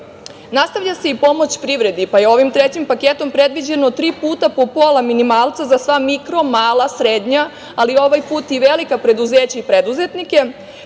evra. Nastavlja se i pomoć privredi, pa je ovim trećim paketom predviđeno tri puta po pola minimalca za sva mikro, mala, srednja, ali ovaj put i velika preduzeća i preduzetnike.